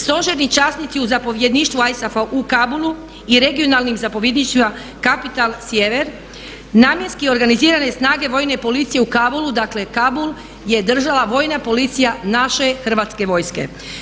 Stožerni časnici u zapovjedništvu ISAF-a u Kabulu i regionalnim zapovjedništvima Capital sjever namjenski organizirane snage vojne policije u Kabulu, dakle Kabul je držala vojna policija naše hrvatske vojske.